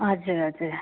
हजुर हजुर